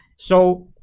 so,